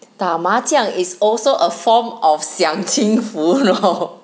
打麻将 is also a form of 享清福 lor